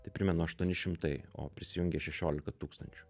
tai primenu aštuoni šimtai o prisijungė šešiolika tūkstančių